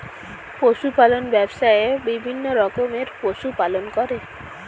পশু পালন ব্যবসায়ে বিভিন্ন রকমের পশু পালন করে